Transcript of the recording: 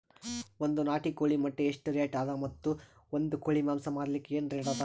ಒಂದ್ ನಾಟಿ ಕೋಳಿ ಮೊಟ್ಟೆ ಎಷ್ಟ ರೇಟ್ ಅದ ಮತ್ತು ಒಂದ್ ಕೋಳಿ ಮಾಂಸ ಮಾರಲಿಕ ಏನ ರೇಟ್ ಅದ?